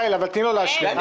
יעל, תני לו להשלים.